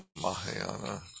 mahayana